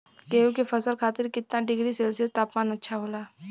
गेहूँ के फसल खातीर कितना डिग्री सेल्सीयस तापमान अच्छा होला?